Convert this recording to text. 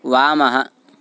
वामः